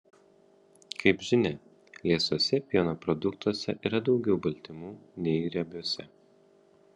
kaip žinia liesuose pieno produktuose yra daugiau baltymų nei riebiuose